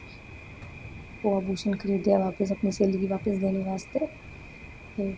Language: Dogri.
ओह् आभूषण खरीदे बापस अपनी स्हेली गी बापस देने बास्तै ते